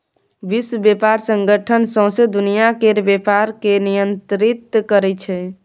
विश्व बेपार संगठन सौंसे दुनियाँ केर बेपार केँ नियंत्रित करै छै